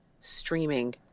streaming